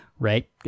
Right